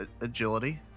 agility